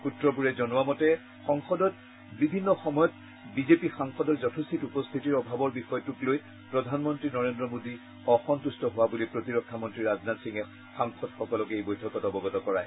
সূত্ৰবোৰে জনোৱা মতে সংসদত বিভিন্ন সময়ত বিজেপি সাংসদৰ যথোচিত উপস্থিতিৰ অভাৱৰ বিষয়টোক লৈ প্ৰধানমন্ত্ৰী নৰেন্দ্ৰ মোদী অসন্তুষ্ট হোৱা বুলি প্ৰতিৰক্ষা মন্ত্ৰী ৰাজনাথ সিঙে সাংসদসকলক এই বৈঠকত অৱগত কৰায়